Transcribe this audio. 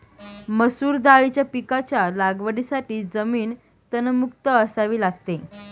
मसूर दाळीच्या पिकाच्या लागवडीसाठी जमीन तणमुक्त असावी लागते